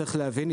צריך להבין,